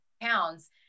pounds